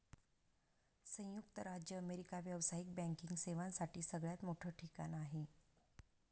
संयुक्त राज्य अमेरिका व्यावसायिक बँकिंग सेवांसाठी सगळ्यात मोठं ठिकाण आहे